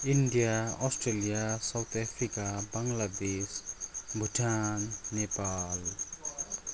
India Australia South Africa Bangladesh Bhutan Nepal